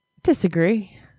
disagree